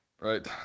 Right